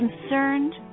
concerned